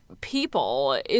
people